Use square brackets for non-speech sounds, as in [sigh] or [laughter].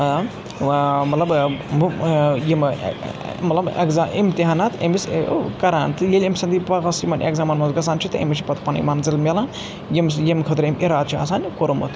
[unintelligible] ٲں ٲں مَطلَب یم مَطلَب ایٚکزام اِمتحانات أمِس کران تہٕ یِیٚلہِ أمِس تِمہِ سُنٛد یہِ ایٚکزامن منٛز گژھان چھُ تہٕ أمِس چھِ پَتہٕ پَنٕنۍ مَنزِل میلان یِمہِ یِمہِ خٲطرٕ أمۍ اِرادٕ چھُ آسان کُوٚرمُت